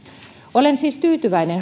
olen siis tyytyväinen